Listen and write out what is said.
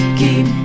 keep